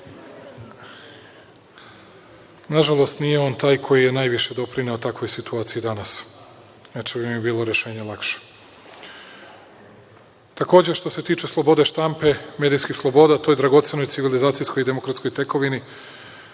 nije on taj koji je najviše doprineo takvoj situaciji danas, inače bi mi bilo rešenje lakše. Takođe, što se tiče slobode štampe, medijskih sloboda, to je dragoceno u civilizacijskoj i demokratskoj tekovini.